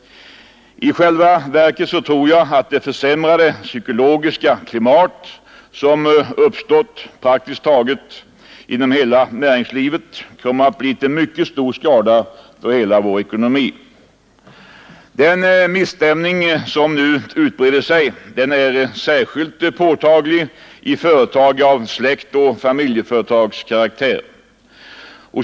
I själva verket tror jag att det försämrade psykologiska klimat som uppstått inom praktiskt taget hela näringslivet kommer att bli till mycket stor skada för hela vår ekonomi. Den misstämning som nu utbrett sig är särskilt påtaglig i företag av släktoch familjeföretagskaraktär.